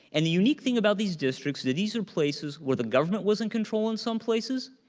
and the unique thing about these districts, that these are places where the government was in control in some places,